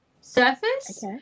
surface